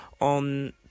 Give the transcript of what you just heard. on